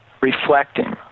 reflecting